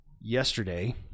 yesterday